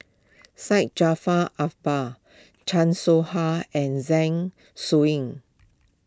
Syed Jaafar Albar Chan Soh Ha and Zeng Shouyin